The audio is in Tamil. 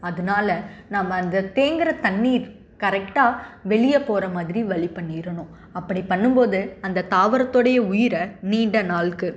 அதனால் நம்ம அந்த தேங்கிற தண்ணிர் கரெக்டாக வெளியே போகிற மாதிரி வழி பண்ணிடனும் அப்படி பண்ணும் போது அந்த தாவரத்துடைய உயிரை நீண்ட நாளுக்கு